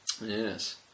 Yes